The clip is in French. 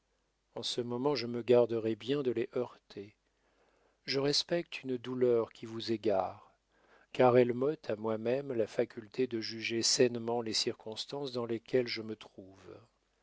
en ce moment je me garderais bien de les heurter je respecte une douleur qui vous égare car elle m'ôte à moi-même la faculté de juger sainement les circonstances dans lesquelles je me trouve